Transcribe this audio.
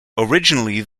originally